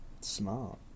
Smart